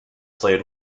played